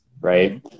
right